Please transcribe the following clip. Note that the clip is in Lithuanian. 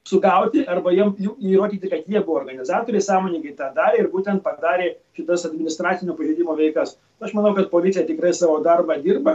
sugauti arba jiem jų įrodyti kad jie buvo organizatoriai sąmoningai tą darė ir būtent padarė kitas administracinio pažeidimo veikas aš manau kad policija tikrai savo darbą dirba